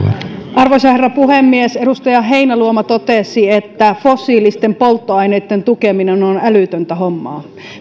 arvoisa herra puhemies edustaja heinäluoma totesi että fossiilisten polttoaineitten tukeminen on älytöntä hommaa